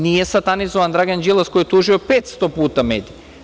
Nije satanizovan Dragan Đilas koji je tužio petsto puta medije.